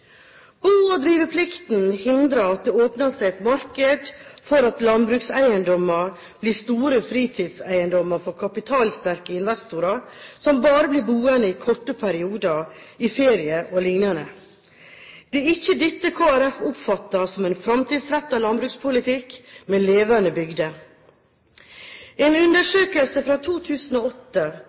Bo- og driveplikten hindrer at det åpner seg et marked for at landbrukseiendommer blir store fritidseiendommer for kapitalsterke investorer som bare blir boende i korte perioder i ferier og lignende. Det er ikke dette Kristelig Folkeparti oppfatter som en framtidsrettet landbrukspolitikk med levende bygder. En undersøkelse fra 2008